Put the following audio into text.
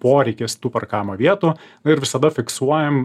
poreikis tų parkavimo vietų ir visada fiksuojam